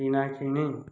କିଣା କିଣି